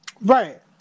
Right